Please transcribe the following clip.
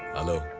hello?